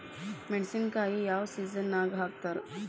ಮೆಣಸಿನಕಾಯಿನ ಯಾವ ಸೇಸನ್ ನಾಗ್ ಹಾಕ್ತಾರ?